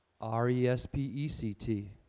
R-E-S-P-E-C-T